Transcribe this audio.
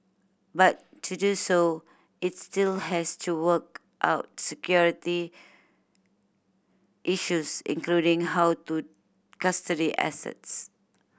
but to do so it's still has to work out security issues including how to custody assets